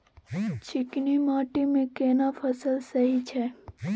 चिकनी माटी मे केना फसल सही छै?